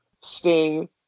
Sting